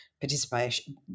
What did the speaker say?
participation